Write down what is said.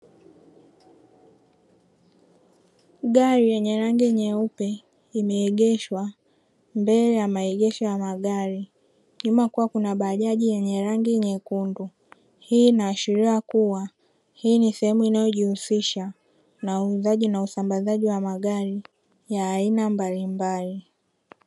Gari yenye rangi nyeupe imeegeshwa mbele ya maegesho ya magari. Nyuma kukiwa na bajaji yenye rangi nyekundu. Hii inaashiria kuwa hii ni sehemu inayojihusisha na uuzaji na usambazaji wa magari ya aina mbalimbali.